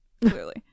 clearly